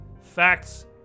Facts